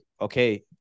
okay